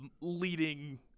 leading